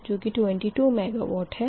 यह Pg2min22 MW है